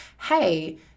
Hey